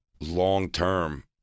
long-term